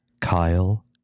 Kyle